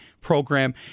program